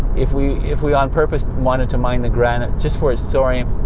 if we if we on purpose wanted to mine the granite just for its thorium,